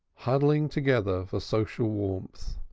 huddling together for social warmth.